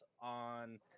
on